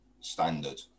standard